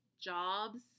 jobs